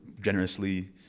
generously